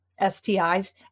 STIs